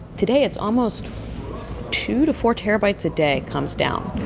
today, it's almost two to four terabytes a day comes down.